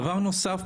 דבר נוסף,